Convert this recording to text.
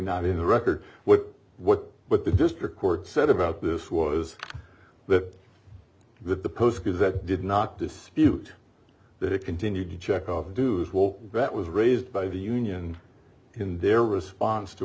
not in the record with what but the district court said about this was the that the posters that did not dispute that it continued to check off dues well that was raised by the union in their response to